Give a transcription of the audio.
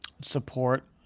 support